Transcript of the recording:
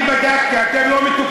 אני בדקתי, אתם לא מתוקצבים.